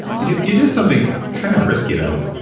you you did something kinda risky though.